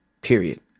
period